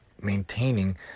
maintaining